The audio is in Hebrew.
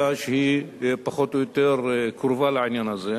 שהיא פחות או יותר קרובה לעניין הזה,